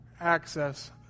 access